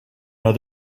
that